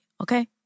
okay